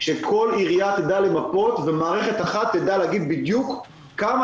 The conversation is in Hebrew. שכל עירייה תדע למפות ומערכת אחת תדע להגיד בדיוק כמה